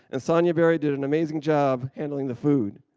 and sonya barry did an amazing job handling the food.